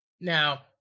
Now